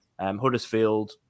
Huddersfield